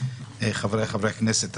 חבריי חברי הכנסת,